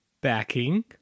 backing